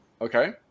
Okay